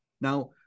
Now